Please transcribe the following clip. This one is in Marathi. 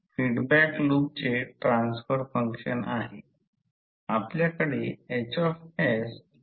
तर हे Fm असेल Fm NI हे अँपिअर टर्न पर मीटर आहे याचा अर्थ असा आहे की फ्लक्सला कोणाची दिशा घ्यावी लागेल हे पहावे लागेल